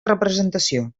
representació